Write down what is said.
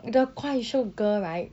the 怪兽 girl right